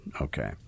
Okay